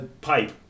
pipe